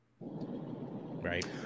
right